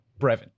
Brevin